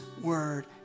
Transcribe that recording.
word